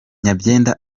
nyabyenda